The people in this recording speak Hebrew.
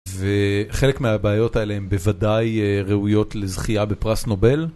וחלק מהבעיות האלה הם בוודאי ראויות לזכייה בפרס נובל.